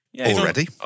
already